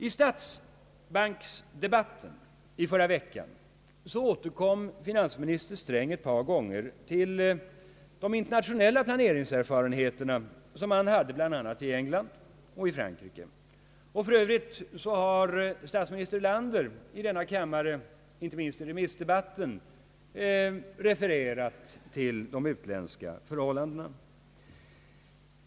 I statsbanksdebatten i förra veckan återkom finansminister Sträng ett par gånger till de internationella plane ringserfarenheter som han hade bl a. från England och Frankrike, och för övrigt har statsminister Erlander i denna kammare, inte minst vid remissdebatten, refererat till de utländska förhållandena.